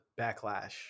backlash